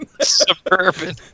Suburban